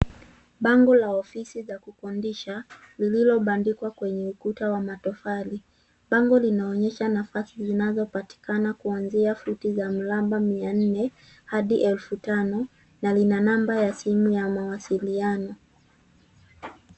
Bango la ofisi za kukodisha lililobandikwa kwenye ukuta wa matofali bango linaonyesha nafasi zinazopatikana kuanzia futi za miraba mia nne hadi elfu tano na ina namba ya simu ya mawasiliano